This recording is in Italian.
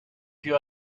più